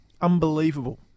Unbelievable